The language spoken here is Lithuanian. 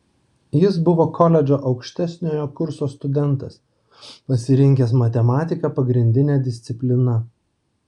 jis buvo koledžo aukštesniojo kurso studentas pasirinkęs matematiką pagrindine disciplina